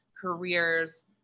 careers